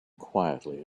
quietly